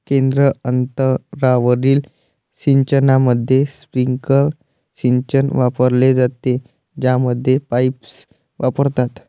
केंद्र अंतरावरील सिंचनामध्ये, स्प्रिंकलर सिंचन वापरले जाते, ज्यामध्ये पाईप्स वापरतात